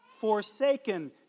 forsaken